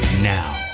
Now